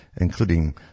including